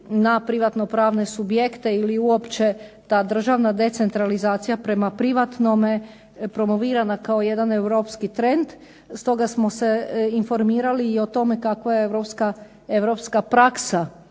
na privatnopravne subjekte, ili uopće ta državna decentralizacija prema privatnome, promovirana kao jedan europski trend, stoga smo se informirali i o tome kako je europska praksa